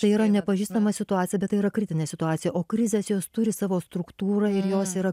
tai yra nepažįstama situacija bet tai yra kritinė situacija o krizės jos turi savo struktūrą ir jos yra